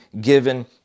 given